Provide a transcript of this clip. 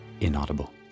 inaudible